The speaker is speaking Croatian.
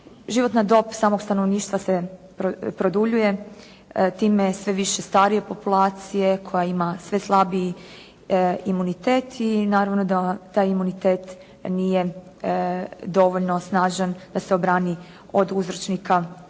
Životna dob samog stanovništva se produljuje, time je sve više starije populacije koja ima sve slabiji imunitet i naravno da taj imunitet nije dovoljno snažan da se obrani od uzročnika zaraznih